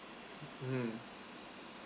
mm